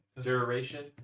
Duration